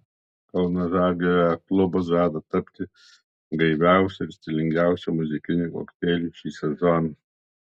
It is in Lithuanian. kauno žalgirio jachtklubas žada tapti gaiviausiu ir stilingiausiu muzikiniu kokteiliu šį sezoną